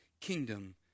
kingdom